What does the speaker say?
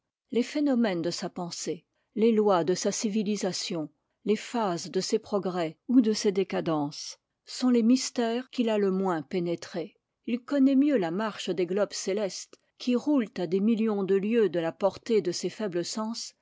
les phénomènes de sa pensée les lois de sa civilisation les phases de ses progrès ou de ses décadences sont les mystères qu'il a le moins pénétrés il connaît mieux la marche des globes célestes qui roulent à des millions de lieues de la portée de ses faibles sens